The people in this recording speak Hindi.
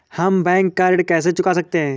हम बैंक का ऋण कैसे चुका सकते हैं?